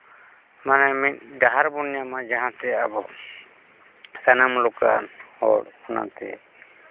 ᱢᱟᱱᱮ ᱢᱤᱫ ᱰᱟᱦᱟᱨ ᱵᱚᱱ ᱧᱟᱢᱟ ᱡᱟᱦᱟᱸᱛᱮ ᱟᱵᱚ ᱥᱟᱱᱟᱢ ᱞᱮᱠᱟᱱ ᱦᱚᱲ ᱚᱱᱟᱛᱮ